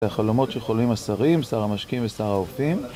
זה החלומות שחולים השרים, שר המשקים ושר האופים